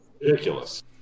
ridiculous